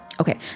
okay